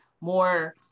more